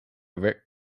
rick